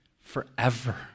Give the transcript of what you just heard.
forever